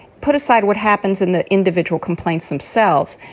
put aside what happens in the individual complaints themselves.